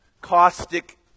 caustic